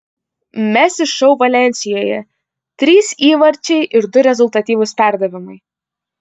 messi šou valensijoje trys įvarčiai ir du rezultatyvūs perdavimai